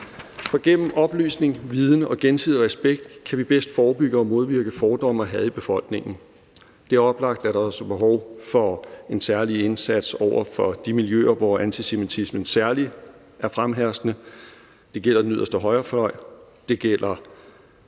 For gennem oplysning, viden og gensidig respekt kan vi bedst forebygge og modvirke fordomme og had i befolkningen. Det er oplagt, at der også er behov for en særlig indsats over for de miljøer, hvor antisemitismen særlig er fremherskende – det gælder den yderste højrefløj,